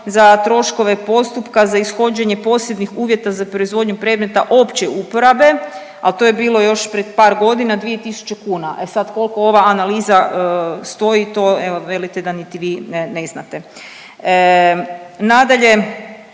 za troškove postupka, za ishođenje posebnih uvjeta za proizvodnju predmeta opće uporabe, al to je bilo još pred par godina, 2000 kuna, e sad kolko ova analiza stoji, to evo velite da niti vi ne, ne znate. Nadalje